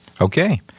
Okay